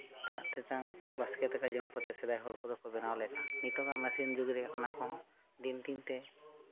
ᱫᱟᱜ ᱛᱮᱛᱟᱝ ᱵᱟᱥᱠᱮ ᱫᱟᱠᱟ ᱡᱚᱢ ᱠᱟᱛᱮᱫ ᱥᱮᱫᱟᱭ ᱦᱚᱲ ᱠᱚᱫᱚ ᱠᱚ ᱵᱮᱱᱟᱣ ᱞᱮᱫᱟ ᱱᱤᱛᱚᱝ ᱟᱜ ᱢᱮᱹᱥᱤᱱ ᱡᱩᱜᱽ ᱨᱮ ᱚᱱᱟ ᱠᱚᱦᱚᱸ ᱫᱤᱱ ᱫᱤᱱ ᱛᱮ